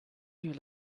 you